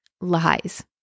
lies